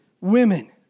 women